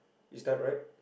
is that right